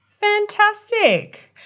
Fantastic